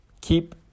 keep